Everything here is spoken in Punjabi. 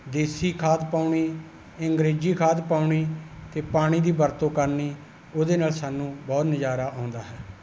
ਦੇਸੀ ਖਾਦ ਪਾਉਣੀ ਅੰਗਰੇਜ਼ੀ ਖਾਦ ਪਾਉਣੀ ਅਤੇ ਪਾਣੀ ਦੀ ਵਰਤੋਂ ਕਰਨੀ ਉਹਦੇ ਨਾਲ ਸਾਨੂੰ ਬਹੁਤ ਨਜ਼ਾਰਾ ਆਉਂਦਾ ਹੈ